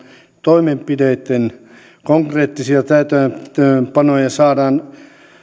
toimenpiteitten konkreettisia täytäntöönpanoja saadaan